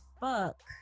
fuck